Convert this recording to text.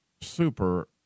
super